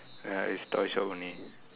ya it's toy shop only